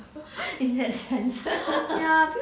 so in that sense